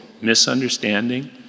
misunderstanding